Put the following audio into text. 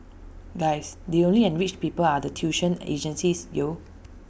guys the only enriched people are the tuition agencies yo